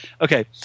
Okay